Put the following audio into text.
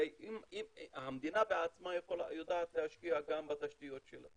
הרי המדינה בעצמה יודעת להשקיע גם בתשתיות שלה